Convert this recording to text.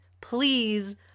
please